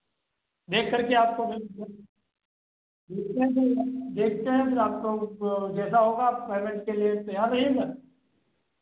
देख करके आपको अभी हम देखते हैं फिर देखते हैं फिर आपको जैसा होगा आप पेमेंट के लिए तैयार रहिएगा